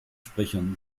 sprechern